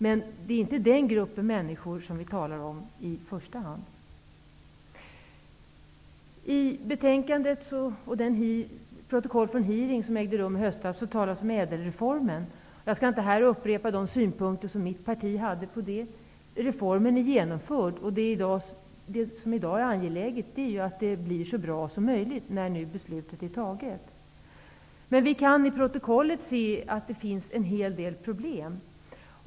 Men det är inte den gruppen människor vi talar om i första hand. I protokollet från hearingen i höstas talas om ÄDEL-reformen. Jag skall inte här upprepa de synpunkter som mitt parti hade. Reformen är genomförd. Det som i dag är angeläget är att det blir så bra som möjligt nu när beslutet är taget. Men vi kan i protokollet se att det finns en hel del problem.